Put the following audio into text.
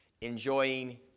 Enjoying